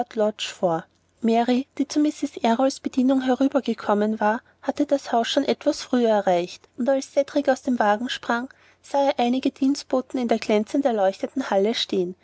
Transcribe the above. vor mary die zu mrs errols bedienung mit herübergekommen war hatte das haus schon etwas früher erreicht und als cedrik aus dem wagen sprang sah er einige dienstboten in der glänzend erleuchteten halle stehen